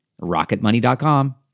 Rocketmoney.com